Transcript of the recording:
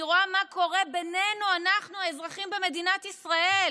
אני רואה מה קורה בינינו אנחנו האזרחים במדינת ישראל,